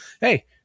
hey